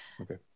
Okay